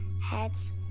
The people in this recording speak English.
Heads